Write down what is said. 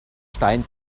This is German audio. stein